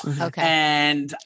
Okay